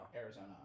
Arizona